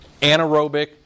anaerobic